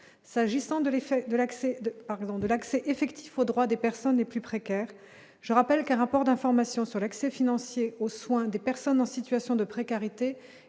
parlons de l'accès effectif aux droits des personnes les plus précaires, je rappelle qu'un rapport d'information sur l'accès financier aux soins des personnes en situation de précarité